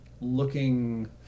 looking